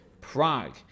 Prague